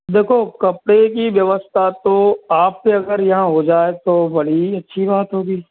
देखो कपड़े की व्यवस्था तो आपसे अगर यहाँ हो जाए तो बड़ी ही अच्छी बात होगी